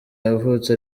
yavutse